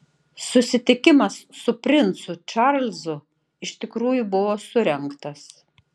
susitikimas su princu čarlzu iš tikrųjų buvo surengtas